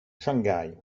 shanghai